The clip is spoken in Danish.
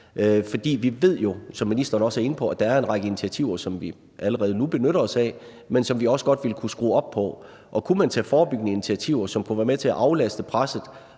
og vi ved jo, som ministeren også er inde på, at der er en række initiativer, som vi allerede nu benytter os af, men som vi også godt ville kunne skrue op for, og kunne man tage forebyggende initiativer, som kunne være med til at lette presset